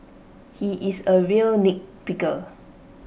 he is A real nitpicker